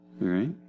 right